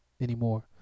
anymore